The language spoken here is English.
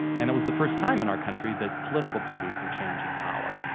and it was the first time in our country that political parties were changing power.